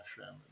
ashram